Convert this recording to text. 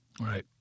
Right